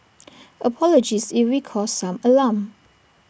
apologies if we caused some alarm